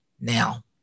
now